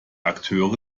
akteure